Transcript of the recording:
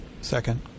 Second